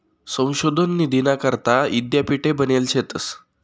संशोधन निधीना करता यीद्यापीठे बनेल शेतंस